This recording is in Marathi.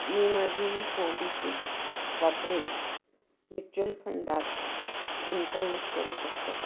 मी माझे मोबिक्विक वापरून म्युच्युअल फंडात गुंतवणूक करू शकतो का